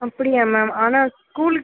அப்படியா மேம் ஆனால் ஸ்கூலுக்கு